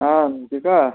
হ্যাঁ অঙ্কিতা